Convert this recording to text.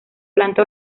planta